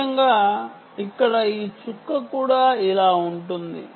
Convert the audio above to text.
ముఖ్యంగా ఇక్కడ ఈ చుక్క కూడా ఇలా ఉంటుంది